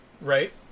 Right